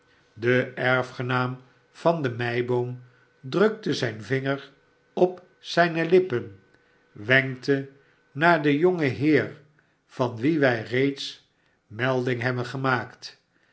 de erfgenaam van de m e i b o o m drukte zijn vinger op zijne lippen tvenkte naar den jongen heer van wien wij reeds melding hebben gemaakt